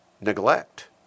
neglect